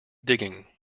digging